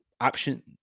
option